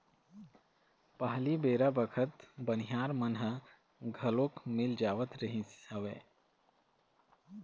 पहिली बेरा बखत बनिहार मन ह घलोक मिल जावत रिहिस हवय